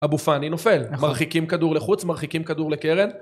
אבו פאני נופל, מרחיקים כדור לחוץ, מרחיקים כדור לקרן.